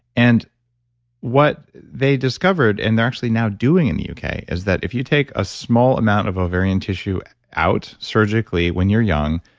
and what they discovered and they're actually now doing in the uk is that if you take a small amount of ovarian tissue out surgically when you're young,